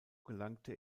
gelangte